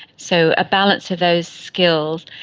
so a balance of those skills.